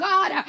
God